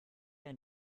ein